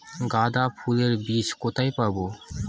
গাঁদা ফুলের বীজ কোথায় পাবো?